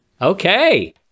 Okay